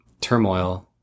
turmoil